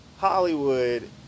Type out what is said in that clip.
Hollywood